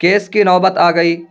case کی نوبت آ گئی